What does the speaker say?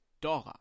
Dora